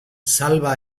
salva